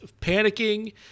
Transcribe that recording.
panicking